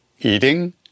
eating